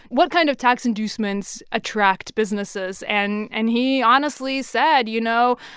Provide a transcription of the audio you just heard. what kind of tax inducements attract businesses? and and he honestly said, you know,